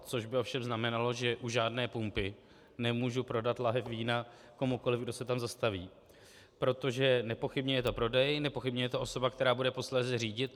Což by ovšem znamenalo, že u žádné pumpy nemůžu prodat láhev vína komukoli, kdo se tam zastaví, protože nepochybně je to prodej, nepochybně je to osoba, která bude posléze řídit.